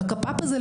והקפא"פ זה,